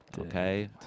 okay